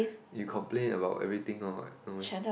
you complain about everything not what not meh